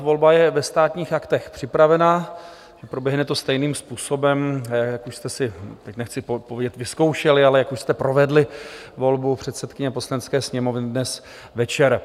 Volba je ve Státních aktech připravena, proběhne to stejným způsobem, jak už jste si teď nechci povědět vyzkoušeli, ale jak už jste provedli volbu předsedkyně Poslanecké sněmovny dnes večer.